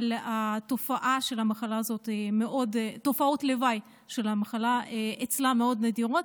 אבל תופעות הלוואי של המחלה הזאת אצלה מאוד נדירות.